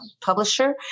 publisher